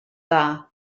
dda